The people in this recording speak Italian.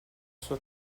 sua